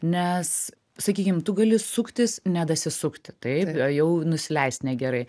nes sakykim tu gali suktis nedasisukti taip jau nusileist negerai